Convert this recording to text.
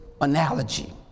analogy